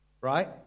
right